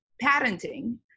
patenting